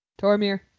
Tormir